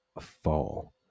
fall